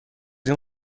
این